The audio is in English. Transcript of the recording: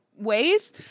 ways